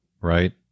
right